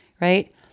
right